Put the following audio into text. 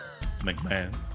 McMahon